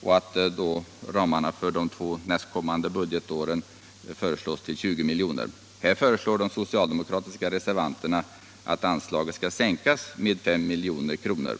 Det föreslås att ramarna för de två nästkommande budgetåren fastställs till 20 milj.kr. De socialdemokratiska reservanterna föreslår att anslaget skall sänkas med 5 milj.kr.